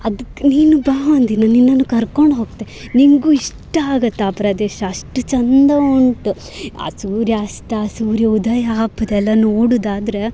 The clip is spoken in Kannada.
ಅದಕ್ಕೆ ನೀನು ಬಾ ಒಂದಿನ ನಿನ್ನನ್ನು ಕರ್ಕೊಂಡು ಹೋಗ್ತೆ ನಿನಗೂ ಇಷ್ಟ ಆಗುತ್ತೆ ಆ ಪ್ರದೇಶ ಅಷ್ಟು ಚಂದ ಉಂಟು ಆ ಸೂರ್ಯಾಸ್ತ ಸೂರ್ಯ ಉದಯ ಆಪುದೆಲ್ಲ ನೋಡುವುದಾದ್ರೆ